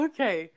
Okay